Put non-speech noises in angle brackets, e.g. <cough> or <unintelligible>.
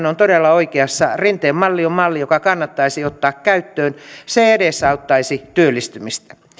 <unintelligible> on todella oikeassa rinteen malli on malli joka kannattaisi ottaa käyttöön se edesauttaisi työllistymistä